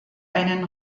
einen